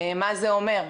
מה זה אומר?